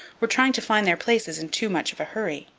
were trying to find their places in too much of a hurry.